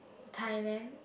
Thailand